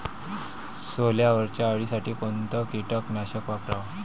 सोल्यावरच्या अळीसाठी कोनतं कीटकनाशक वापराव?